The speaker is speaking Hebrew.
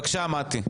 בבקשה, מטי.